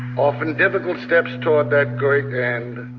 often difficult steps toward that great end,